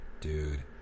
Dude